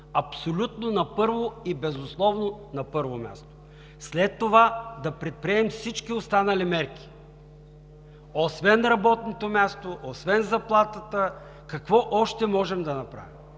Абсолютно на първо и безусловно на първо място, след това да предприемем всички останали мерки! Освен работното място, освен заплатата, какво още можем да направим?